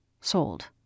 Sold